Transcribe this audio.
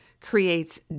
creates